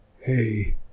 Hey